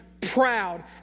proud